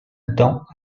dent